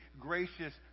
gracious